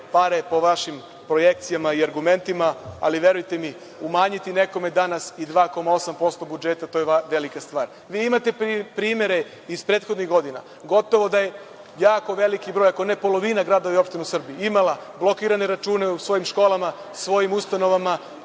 pare po vašim projekcijama i argumentima, ali verujte mi, umanjiti nekome danas i 2,8% budžeta, to je velika stvar. Vi imate primere iz prethodnih godina. Gotovo da je jako veliki broj, ako ne polovina gradova i opština u Srbiji imala blokirane račune u svojim školama, svojim ustanovama,